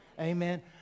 Amen